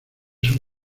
sus